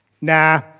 nah